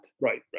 right